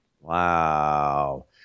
Wow